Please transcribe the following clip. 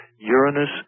Uranus